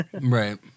Right